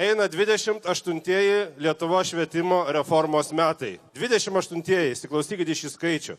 eina dvidešimt aštuntieji lietuvos švietimo reformos metai dvidešimt aštuntieji įsiklausykit į šį skaičių